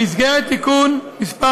במסגרת תיקון מס'